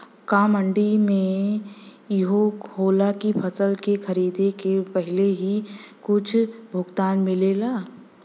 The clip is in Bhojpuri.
का मंडी में इहो होला की फसल के खरीदे के पहिले ही कुछ भुगतान मिले?